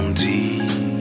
deep